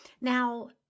Now